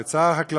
את שר החקלאות,